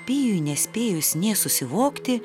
pijui nespėjus nė susivokti